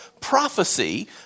prophecy